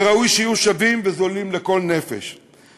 וראוי שיהיו שווים וזולים לכל נפש,